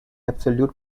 absolute